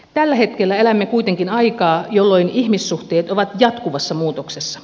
tällä hetkellä elämme kuitenkin aikaa jolloin ihmissuhteet ovat jatkuvassa muutoksessa